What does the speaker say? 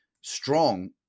strong